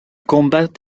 combat